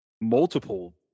multiple